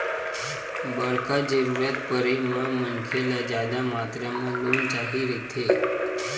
बड़का जरूरत परे म मनखे ल जादा मातरा म लोन चाही रहिथे